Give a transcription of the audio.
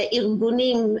ארגונים,